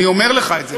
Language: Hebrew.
אני אומר לך את זה,